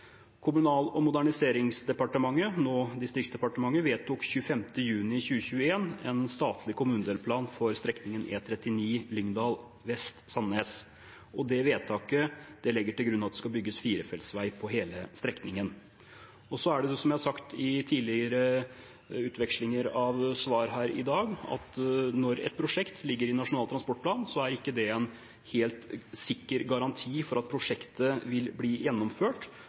Kommunal- og moderniseringsdepartementet, nå Kommunal- og distriktsdepartementet, vedtok 25. juni 2021 en statlig kommunedelplan for strekningen E39 Lyngdal vest–Sandnes. Det vedtaket legger til grunn at det skal bygges firefeltsvei på hele strekningen. Som jeg også har sagt i tidligere svar her i dag, er det slik at når et prosjekt ligger i Nasjonal transportplan, er ikke det en helt sikker garanti for at prosjektet vil bli gjennomført.